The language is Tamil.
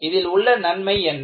இதில் உள்ள நன்மை என்ன